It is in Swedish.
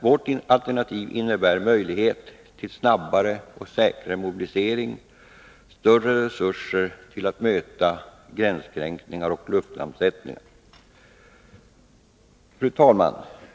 Vårt alternativ innebär möjlighet till snabbare och säkrare mobilisering, större resurser till att möta gränskränkningar och luftlandsättningar. Fru talman!